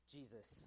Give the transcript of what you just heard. Jesus